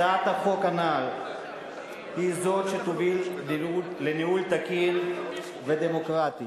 הצעת החוק הנ"ל היא זאת שתוביל לניהול תקין ודמוקרטי.